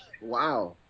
Wow